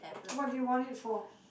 what do you want it for